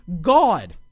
God